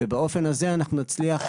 ובאופן הזה אנחנו נצליח,